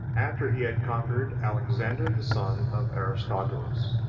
after he had conquered alexander, the son of aristobulus.